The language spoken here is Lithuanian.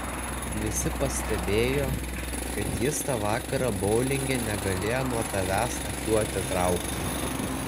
visi pastebėjo kad jis tą vakarą boulinge negalėjo nuo tavęs akių atitraukti